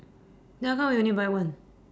then how come we only buy one